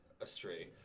astray